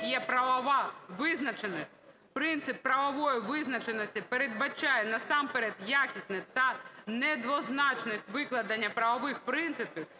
є правова визначеність. Принцип правової визначеності передбачає насамперед якісне та недвозначність викладення правових принципів,